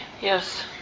Yes